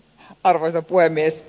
arvoisa puhemies